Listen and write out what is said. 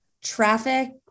Traffic